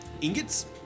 ingots